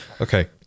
Okay